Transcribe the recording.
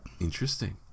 interesting